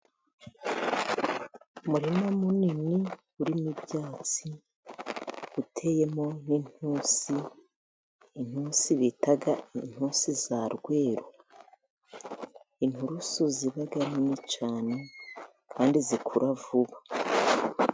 Umurima munini urimo ibyatsi uteyemo nk'intusi, intusi bita intusi za rweru, inturusu ziba nini cyane kandi zikura vuba.